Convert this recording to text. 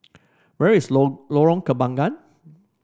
where is Lorong Kembagan